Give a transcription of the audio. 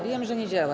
Wiem, że nie działa.